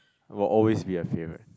it will always be a favourite